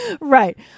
Right